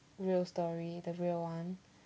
real story the real one